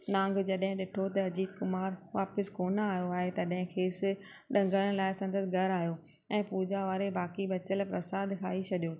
नांग जॾहिं ॾिठो त अजीत कुमार वापिसि कोन्ह आयो आहे तॾहिं खेसि डंगर लाइ संदसि घर आयो ऐं पूजा वारे बाक़ी बचियल प्रसाद खाई छॾियो